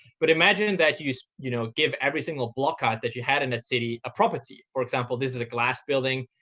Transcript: but imagine that you you know give every single block out that you had in a city a property for example, this is a glass building.